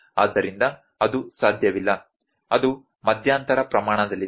ಆದ್ದರಿಂದ ಅದು ಸಾಧ್ಯವಿಲ್ಲ ಅದು ಮಧ್ಯಂತರ ಪ್ರಮಾಣದಲ್ಲಿದೆ